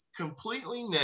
completely